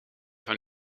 van